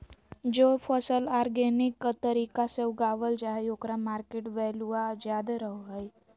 जे फसल ऑर्गेनिक तरीका से उगावल जा हइ ओकर मार्केट वैल्यूआ ज्यादा रहो हइ